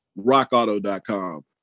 RockAuto.com